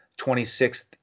26th